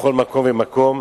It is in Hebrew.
בכל מקום ומקום.